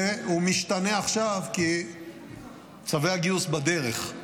והוא משתנה עכשיו כי צווי הגיוס בדרך,